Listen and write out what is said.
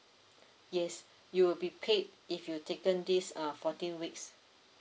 yes you will be paid if you taken this uh fourteen weeks